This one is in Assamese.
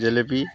জেলেপি